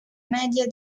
media